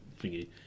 thingy